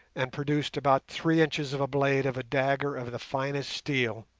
and produced about three inches of a blade of a dagger of the finest steel.